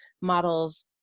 models